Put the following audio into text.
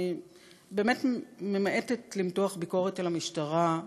אני באמת ממעטת למתוח ביקורת על המשטרה,